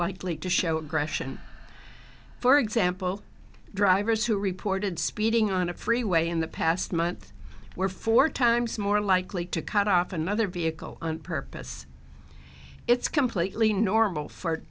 likely to show aggression for example drivers who reported speeding on a freeway in the past month were four times more likely to cut off another vehicle on purpose it's completely normal for